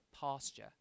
pasture